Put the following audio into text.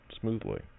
smoothly